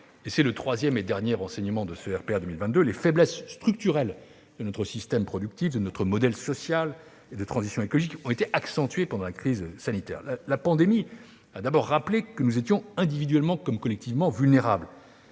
adopter. Le troisième et dernier enseignement que je veux tirer de ce RPA 2022 est que les faiblesses structurelles de notre système productif et de notre modèle social et de transition écologique ont été accentuées pendant la crise sanitaire. La pandémie a d'abord rappelé que nous étions individuellement et collectivement vulnérables.